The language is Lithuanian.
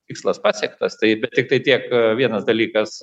tikslas pasiektas tai bet tiktai tiek vienas dalykas